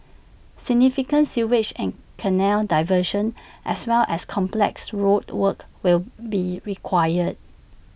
significant sewage and canal diversions as well as complex road work will be required